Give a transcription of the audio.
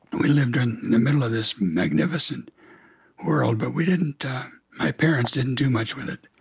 we lived in the middle of this magnificent world, but we didn't my parents didn't do much with it.